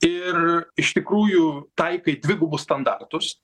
ir iš tikrųjų taikai dvigubus standartus